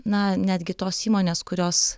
na netgi tos įmonės kurios